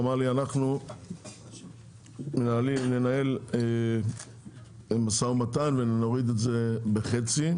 הוא אמר שהם מנהלים משא ומתן ויורידו את זה בחצי,